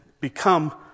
become